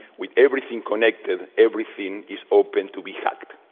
with everything connected, everything is open to be hacked.